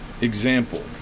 example